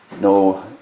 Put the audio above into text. no